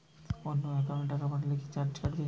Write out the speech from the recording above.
অন্য একাউন্টে টাকা পাঠালে কি চার্জ কাটবে?